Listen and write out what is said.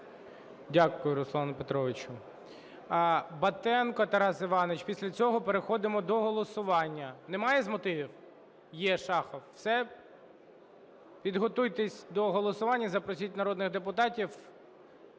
Дякую Руслане Петровичу. Батенко Тарас Іванович. Після цього переходимо до голосування. Немає з мотивів? Є, Шахов. Все? Підготуйтесь до голосування, запросіть народних депутатів.